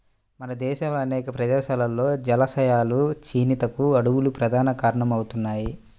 మన దేశంలో అనేక ప్రదేశాల్లో జలాశయాల క్షీణతకు అడవులు ప్రధాన కారణమవుతున్నాయి